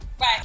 Right